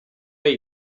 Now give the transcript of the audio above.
jej